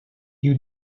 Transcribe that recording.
you